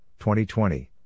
2020